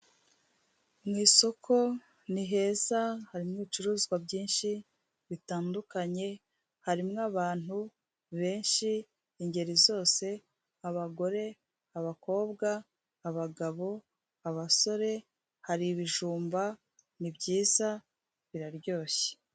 Mu isoko ni heza harimo ibicuruzwa byinshi bitandukanye harimo abantu benshi ingeri zose abagore, abakobwa, abagabo, abasore, hari ibijumba ni byiza biraryoshye.